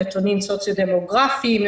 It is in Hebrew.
נתונים סוציו-דמוגרפים,